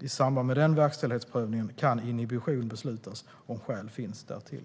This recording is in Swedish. I samband med den verkställighetsprövningen kan inhibition beslutas om skäl finns därtill.